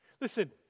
Listen